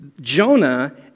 Jonah